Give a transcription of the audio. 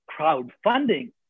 Crowdfunding